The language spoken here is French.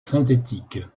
synthétique